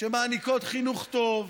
שמעניקות חינוך טוב,